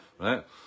right